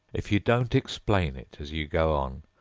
if you don't explain it as you go on?